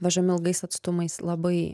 vežami ilgais atstumais labai